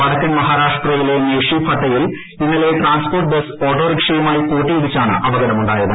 വടക്കൻ മഹാരാഷ്ട്രയിലെ മേഷി ഫട്ടയിൽ ഇന്നലെ ട്രാൻസ്പോർട്ട് ബസ് ഓട്ടോറിക്ഷയുമായി കൂട്ടിയിടിച്ചാണ് അപകടമുണ്ടായത്